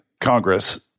Congress